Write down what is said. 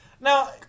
Now